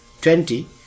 twenty